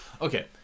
okay